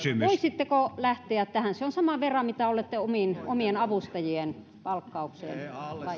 voisitteko lähteä tähän se on saman verran mitä olette omien avustajienne palkkaukseen